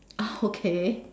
oh okay